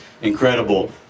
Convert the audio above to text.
Incredible